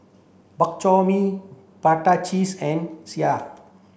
Bak Chor Mee Prata Cheese and Sireh